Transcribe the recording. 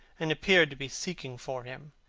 and appeared to be seeking for him.